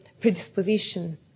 predisposition